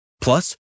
Plus